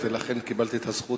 ולכן קיבלתי את הזכות,